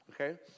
okay